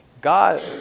God